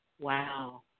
Wow